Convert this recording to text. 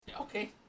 Okay